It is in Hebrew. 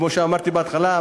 כמו שאמרתי בהתחלה,